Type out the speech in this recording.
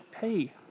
hey